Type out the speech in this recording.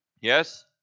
Yes